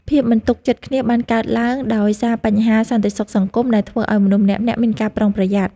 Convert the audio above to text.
ភាពមិនទុកចិត្តគ្នាបានកើតឡើងដោយសារបញ្ហាសន្តិសុខសង្គមដែលធ្វើឱ្យមនុស្សម្នាក់ៗមានការប្រុងប្រយ័ត្ន។